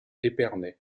épernay